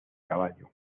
caballo